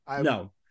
No